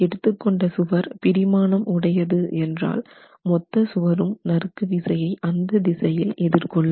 எடுத்துக் கொண்ட சுவர் பிடிமானம் உடையது என்றால் மொத்த சுவரும் நறுக்குவிசையை அந்த திசையில் எதிர்கொள்ளும்